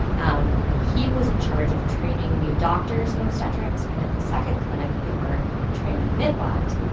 um he was in charge of training new doctors in obstetrics, and at the second clinic, they were training midwives.